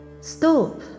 Stop